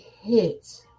hit